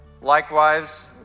Likewise